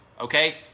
okay